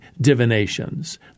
divinations